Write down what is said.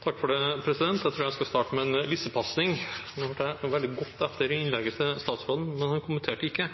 Jeg tror jeg skal starte med en lissepasning. Jeg lyttet veldig godt etter i innlegget til statsråden, men han kommenterte det ikke.